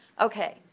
Okay